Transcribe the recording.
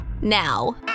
now